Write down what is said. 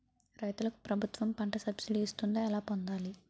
రైతులకు ప్రభుత్వం పంట సబ్సిడీ ఇస్తుందా? ఎలా పొందాలి?